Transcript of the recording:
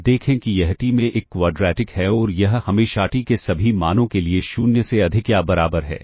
अब देखें कि यह t में एक क्वाड्रैटिक है और यह हमेशा t के सभी मानों के लिए 0 से अधिक या बराबर है